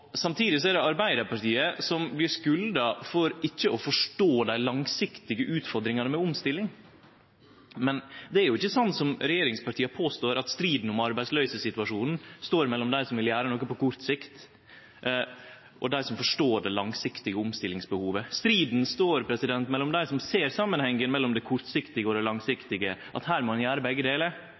Samtidig er det Arbeidarpartiet som blir skulda for ikkje å forstå dei langsiktige utfordringane med omstilling. Det er ikkje sant, som regjeringspartia påstår, at striden om arbeidsløysesituasjonen står mellom dei som vil gjere noko på kort sikt, og dei som forstår det langsiktige omstillingsbehovet. Striden står mellom dei som ser samanhengen mellom det kortsiktige og det langsiktige, at ein her må gjere begge delar